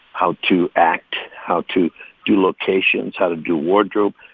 how to act, how to do locations, how to do wardrobe,